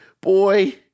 Boy